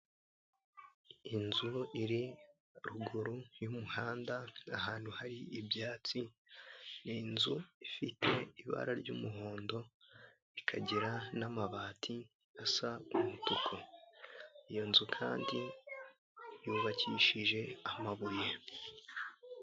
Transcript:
Inzu iri ruguru y'umuhanda ahantu hari ibyatsi ni inzu ifite ibara ry'umuhondo ikagira n'amabati asa umutuku, iyo nzu kandi yubakishije amabuye.